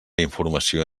informació